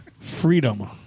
Freedom